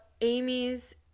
Amy's